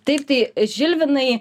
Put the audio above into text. taip tai žilvinai